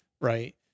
right